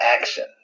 action